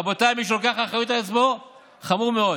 רבותיי, מי שלוקח אחריות על עצמו, חמור מאוד.